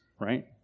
right